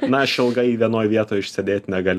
na aš ilgai vienoj vietoj išsėdėt negal